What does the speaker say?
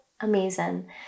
amazing